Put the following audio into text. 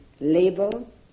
label